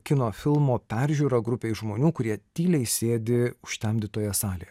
kino filmo peržiūra grupei žmonių kurie tyliai sėdi užtemdytoje salėje